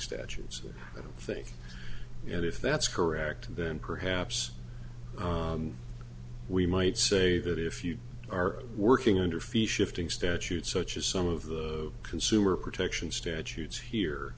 statues think you know if that's correct then perhaps we might say that if you are working under fee shifting statute such as some of the consumer protection statutes here